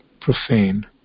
Profane